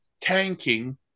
tanking